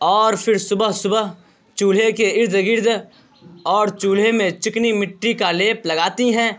اور پھر صبح صبح چولہے کے ارد گرد اور چولہے میں چکنی مٹی کا لیپ لگاتی ہیں